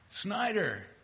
Snyder